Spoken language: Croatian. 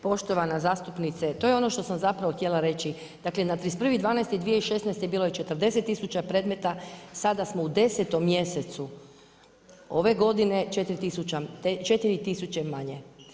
Poštovana zastupnice, to je ono što sam zapravo htjela reći, dakle na 31.122016. bilo je 40000 predmeta sada smo u 10. mj. ove godine 4000 manje.